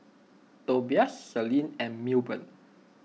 Tobias Selene and Milburn